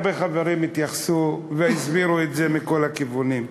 הרבה חברים התייחסו והסבירו את זה מכל הכיוונים.